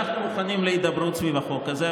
אנחנו מוכנים להידברות סביב החוק הזה,